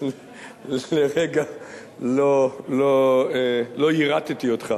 אז לרגע לא יירטתי אותך,